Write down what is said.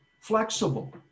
flexible